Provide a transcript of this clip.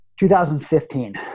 2015